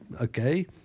Okay